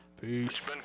Peace